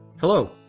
hello,